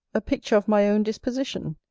a picture of my own disposition,